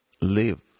live